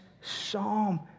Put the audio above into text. psalm